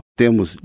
temos